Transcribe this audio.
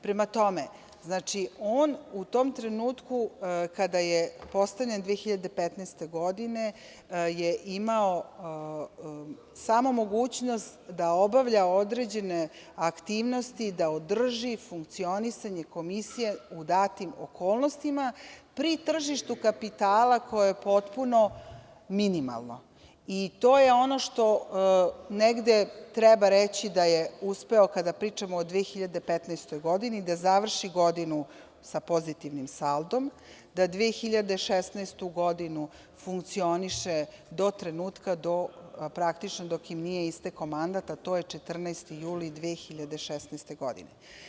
Prema tome, on u tom trenutku kada je postavljen 2015. godine je imao samo mogućnost da obavlja određene aktivnosti, da održi funkcionisanje komisije u datim okolnostima pri tržištu kapitala koje je potpuno minimalno i to je ono što negde treba reći da je uspeo, kada pričamo o 2015. godini, da završi godinu sa pozitivnim saldom, da 2016. godinu funkcioniše do trenutka dok im nije istekao mandat, a to je 14. juli 2016. godine.